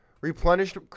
replenished